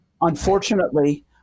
unfortunately